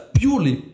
purely